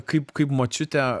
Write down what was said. kaip kaip močiutė